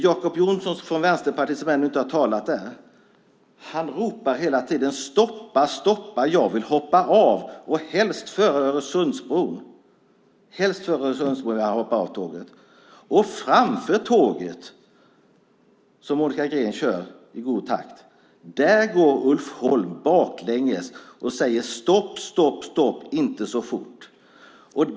Jacob Johnson från Vänsterpartiet, som ännu inte har talat, ropar hela tiden: Stoppa, stoppa jag vill hoppa av, helst före Öresundsbron! Helst före Öresundsbron vill han hoppa av tåget. Och framför tåget som Monica Green kör i god takt går Ulf Holm baklänges och säger: Stopp, stopp, stopp, inte så fort!